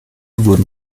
wurden